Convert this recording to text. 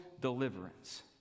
deliverance